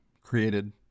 created